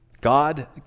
God